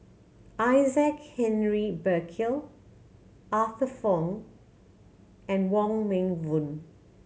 Isaac Henry Burkill Arthur Fong and Wong Meng Voon